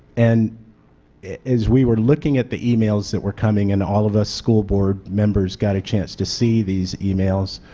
and as we were looking at the emails that were coming in all of the ah school board members got a chance to see these emails,